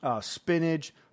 spinach